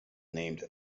named